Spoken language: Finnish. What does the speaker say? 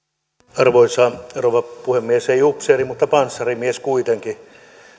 arvoisa rouva puhemies ei upseeri mutta panssarimies kuitenkin